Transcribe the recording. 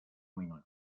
minutos